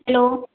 hello